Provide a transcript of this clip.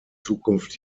zukunft